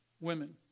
women